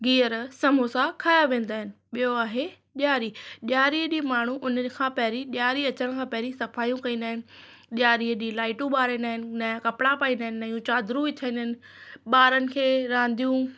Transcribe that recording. घीअर समोसा खाया वेन्दा आहिनि ॿियो आहे ॾियारी ॾियारीअ ॾींहुं माण्हू उन खां पंहिरीं ॾियारी अचण खां पंहिरी सफ़ायूं कन्दा अहिनि ॾियारीअ ॾींहुं लाईटूं ॿारींदा आहिनि नया कपड़ा पइन्दा आहिनि नयूं चादरू वीछाइन्दा आहिनि ॿारनि खे रांधियूं